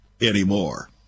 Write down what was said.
anymore